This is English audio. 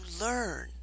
learn